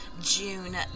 june